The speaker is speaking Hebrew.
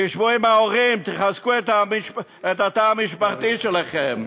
שבו עם ההורים, חזקו את התא המשפחתי שלכם.